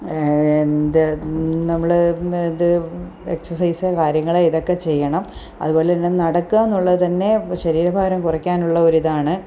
എന്ത് നമ്മൾ ഇത് എക്സർസൈസ് കാര്യങ്ങൾ ഇതൊക്കെ ചെയ്യണം അതുപോലെ തന്നെ നടക്കുക എന്നുള്ളത് തന്നെ ശരീരഭാരം കുറയ്ക്കാനുള്ള ഒരിതാണ്